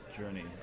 journey